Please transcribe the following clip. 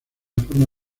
forma